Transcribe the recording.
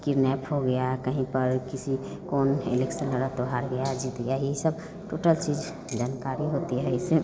kidnap हो गया कहीं पर किसी कौन इलेक्शन लड़ा तो हार गया जीत गया ये सब टोटल चीज जानकारी होती है इससे